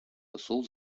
посол